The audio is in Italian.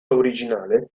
originale